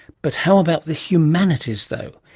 but how about the humanities though?